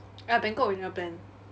ya bangkok we never plan